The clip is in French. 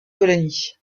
colonie